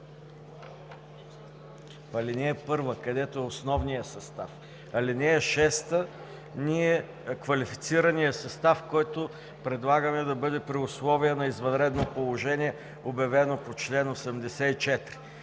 ал. 1, където е основният състав, ал. 6, квалифицираният състав, който предлагаме да бъде „при условие на извънредно положение, обявено по чл. 84“,